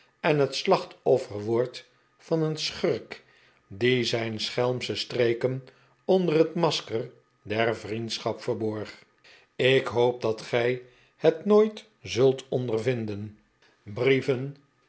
en het slachtoffer wordt van een schurk die zijn schelmsche streken onder het masker der vriendschap verborg ik hoop dat gij het nooit zult ondervinden